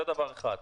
זה דבר אחד.